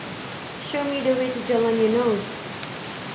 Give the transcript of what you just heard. show me the way to Jalan Eunos